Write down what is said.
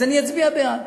אז אני אצביע בעד.